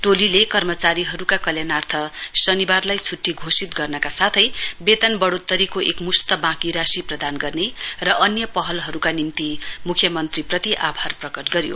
टोलीले कर्मचारीहरूका कल्याणार्थ शनिबारलाई छुट्टी घोषित गर्नका साथै वेतन बढोत्तरीको एकमुश्त बाकी राशी प्रदान गर्ने र अन्य पहलहरूका निम्ति मुख्यमन्त्रीप्रति आभार प्रकट गर्यो